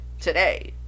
today